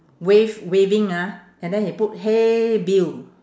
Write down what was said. wave waving ah and then he put hey bill